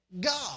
God